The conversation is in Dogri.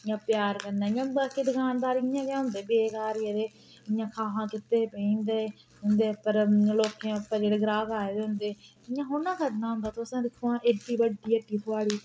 इयां प्यार कन्नै इयां बाकी दकानदार इयां गै होंदे बेकार गेदे इयां खां खां कीते पेई जंदे उं'दे उप्पर लोकें उप्पर जेह्ड़े ग्राहक आए दे होंदे इ'यां थोह्ड़ा न करना होंदा तुसें दिक्खो आं एड्डी बड्डी हट्टी थोआढ़ी